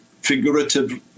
figurative